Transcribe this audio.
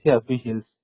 officials